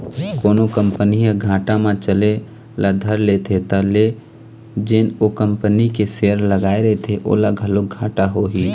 कोनो कंपनी ह घाटा म चले ल धर लेथे त ले जेन ओ कंपनी के सेयर लगाए रहिथे ओला घलोक घाटा होही